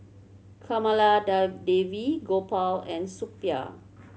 Kamaladevi Gopal and Suppiah